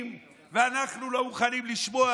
דורסניים ואנחנו לא מוכנים לשמוע.